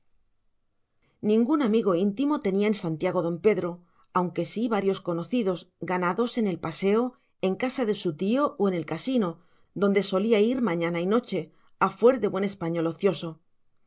ningún amigo íntimo tenía en santiago don pedro aunque sí varios conocidos ganados en el paseo en casa de su tío o en el casino donde solía ir mañana y noche a fuer de buen español ocioso